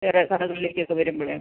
വേറെ കടകളിലേക്കൊക്കെ വരുമ്പഴേ